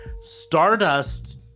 stardust